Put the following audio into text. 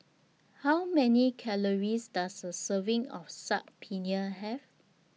How Many Calories Does A Serving of Saag Paneer Have